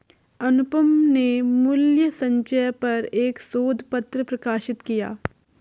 अनुपम ने मूल्य संचय पर एक शोध पत्र प्रकाशित किया